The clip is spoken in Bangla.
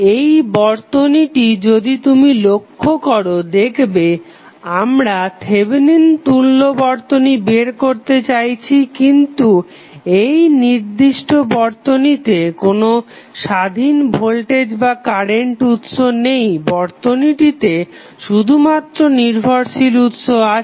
এই বর্তনীটি যদি তুমি লক্ষ্য করো দেখবে আমরা থেভেনিন তুল্য বর্তনী বের করতে চাইছি কিন্তু এই নির্দিষ্ট বর্তনীতে কোনো স্বাধীন ভোল্টেজ বা কারেন্ট উৎস নেই বর্তনীটিতে শুধুমাত্র নির্ভরশীল উৎস আছে